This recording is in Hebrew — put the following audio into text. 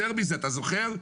יותר מזה, אתה זוכר?